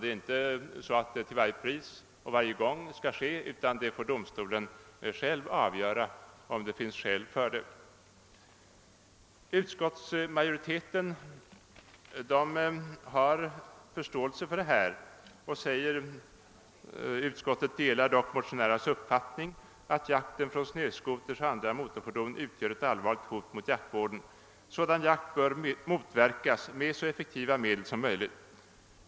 De skall alltså inte till varje pris och varje gång förklaras förverkade utan domstolen får själv avgöra, om det finns skäl härför. Utskottsmajoriteten har förståelse för våra synpunkter och skriver: » Utskottet delar dock motionärernas uppfattning att jakten från snöscooters och andra motorfordon utgör ett allvarligt hot mot jaktvården. Sådan jakt bör motverkas med så effektiva medel som möjligt.